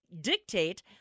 dictate